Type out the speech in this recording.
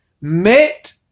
met